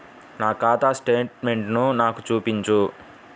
నా ఖాతా స్టేట్మెంట్ను నాకు చూపించు